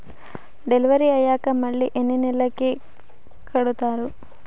Delivery అయ్యాక మళ్ళీ ఎన్ని నెలలకి కడుతాయి?